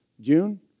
June